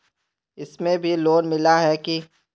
इसमें भी लोन मिला है की